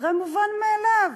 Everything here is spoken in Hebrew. הרי מובן מאליו,